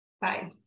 Bye